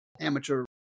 amateur